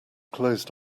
closed